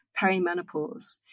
perimenopause